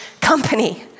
company